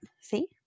see